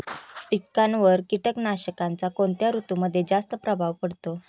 पिकांवर कीटकनाशकांचा कोणत्या ऋतूमध्ये जास्त प्रभाव पडतो?